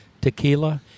tequila –